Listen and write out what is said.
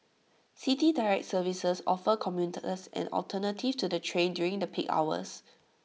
City Direct services offer commuters an alternative to the train during the peak hours